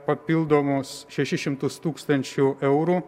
papildomus šešis šimtus tūkstančių eurų